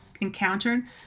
encountered